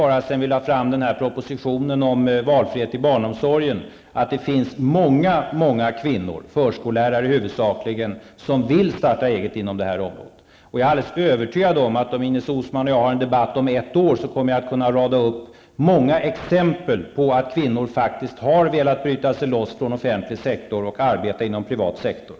Bara sedan vi lade fram propositionen om valfrihet inom barnomsorgen har jag märkt att det finns många många kvinnor -- huvudsakligen förskollärare -- som vill starta eget inom detta område. Jag är alldeles övertygad om, att om Ines Uusmann och jag har en debatt om ett år, kommer jag att kunna rada upp många exempel på att kvinnor faktiskt har velat bryta sig loss från offentlig sektor och arbeta inom privat sektor.